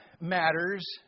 matters